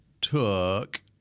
took –